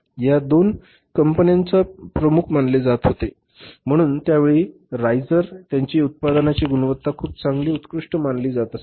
आणि या दोन कंपन्यांना प्रमुख मानले जात होते म्हणून त्या वेळी राइझर त्यांची उत्पादनाची गुणवत्ता खूप चांगली उत्कृष्ट मानली जात असे